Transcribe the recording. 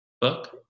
book